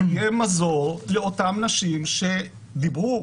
ויהיה מזור לאותן נשים שדיברו